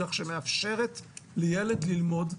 כך שמאפשרת לילד ללמוד,